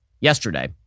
yesterday